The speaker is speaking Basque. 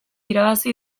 irabazi